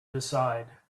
decide